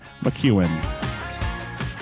McEwen